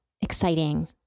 exciting